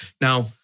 Now